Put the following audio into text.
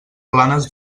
planes